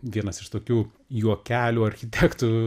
vienas iš tokių juokelių architektų